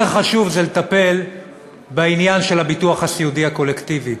יותר חשוב זה לטפל בעניין של הביטוח הסיעודי הקולקטיבי.